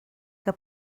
que